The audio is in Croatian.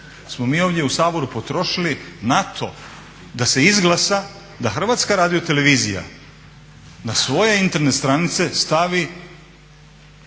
smo mi ovdje u Saboru potrošili na to da se izglasa da Hrvatska radiotelevizija na svoje Internet stranice stavi